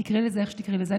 תקראי לזה איך שתקראי לזה.